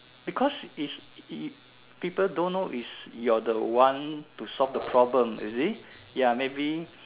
because it's it people don't know is you're the one to solve the problem you see ya maybe